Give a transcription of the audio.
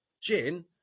gin